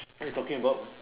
what are you talking about